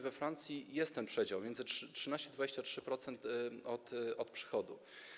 We Francji jest ten przedział między 13 a 23% od przychodu.